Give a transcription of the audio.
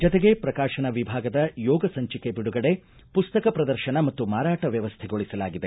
ಜತೆಗೆ ಪ್ರಕಾಶನ ವಿಭಾಗದ ಯೋಗ ಸಂಚಿಕೆ ಬಿಡುಗಡೆ ಪುಸ್ತಕ ಪ್ರದರ್ಶನ ಮತ್ತು ಮಾರಾಟ ವ್ಯವಸ್ಥೆ ಗೊಳಿಸಲಾಗಿದೆ